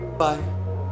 bye